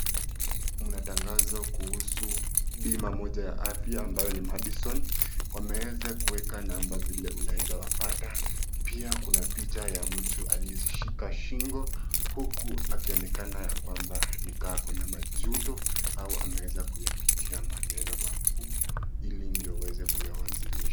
Kuna tangazo kuhusu bima moja ya afya ambayo ni Madison, wameweza kuweka namba vile unaeza wapata, pia kuna picha ya mtu aliyeshika shingo huku akionekana ya kwamba ni kaa ako na majuto au ameweza kuyapitia maneno magumu ili ndio aweze kuyawasilisha